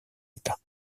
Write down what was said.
états